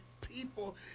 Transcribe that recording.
people